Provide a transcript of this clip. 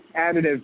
additive